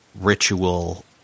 ritual